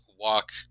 walk